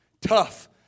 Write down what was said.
tough